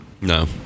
No